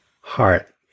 heart